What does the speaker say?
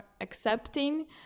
accepting